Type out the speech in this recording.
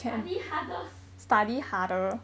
study harder